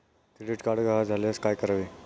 Credit card गहाळ झाल्यास काय करावे?